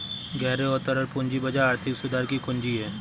गहरे और तरल पूंजी बाजार आर्थिक सुधार की कुंजी हैं,